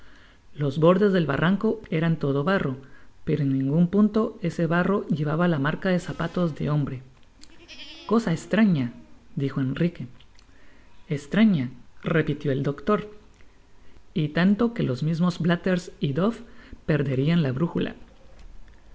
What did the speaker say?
los bordes del barranco eran todo barro pero en ningun punto ese barro llevaba la marca de zapatos de hombre cosaestraña dijo enrique estraña repitió el doctor y tatito que tos mismos blatters y duff perderían la brújula